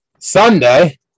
Sunday